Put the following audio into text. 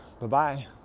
Bye-bye